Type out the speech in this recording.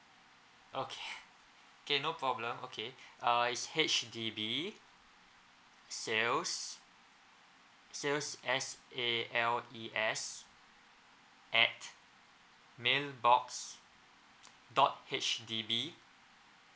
okay K no problem okay uh is H_D_B sales sales S A L E S at mailbox dot H D B